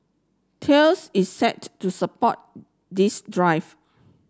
Thales is set to support this drive